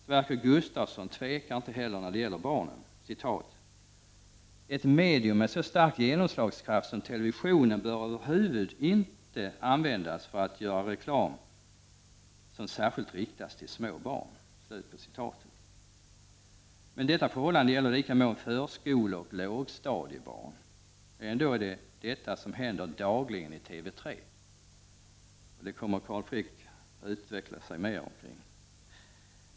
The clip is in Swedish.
Sverker Gustavsson tvekar inte heller när det gäller barnen: ”Ett medium med så stark genomslagskraft som televisionen bör överhuvud inte användas för att göra reklam som särskilt riktas till små barn”. Men detta förhållande gäller i lika mån förskoleoch lågstadiebarn. Ändå är det detta som händer dagligen i TV3. Det kommer Carl Frick att utveckla närmare.